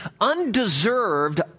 undeserved